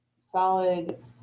solid